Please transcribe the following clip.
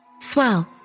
Swell